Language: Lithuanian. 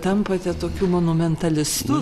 tampate tokiu monumentalistu